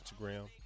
Instagram